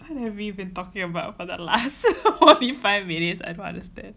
what have we been talking about for the last forty five minutes I don't understand